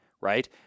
right